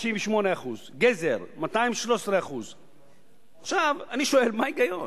298%; גזר, 213%. עכשיו אני שואל: מה ההיגיון,